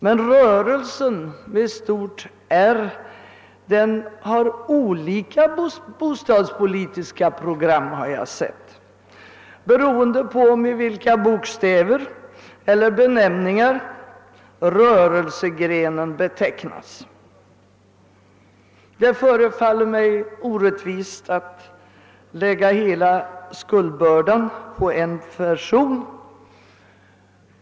Men jag har sett att Rörelsen — med stort R — har olika bostadspolitiska program beroende på med vilka bokstäver eller benämningar rörelsegrenen betecknas. Det förefaller mig orättvist att lägga hela skuldbördan på en person.